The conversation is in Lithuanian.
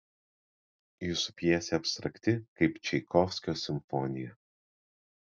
jūsų pjesė abstrakti kaip čaikovskio simfonija